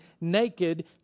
naked